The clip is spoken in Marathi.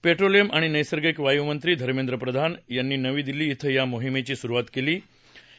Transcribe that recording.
पेट्रोलियम आणि नैसर्गिक वायू मंत्री धर्मेंद्र प्रधान नवी दिल्ली इथं या मोहिमेची सुरुवात करतील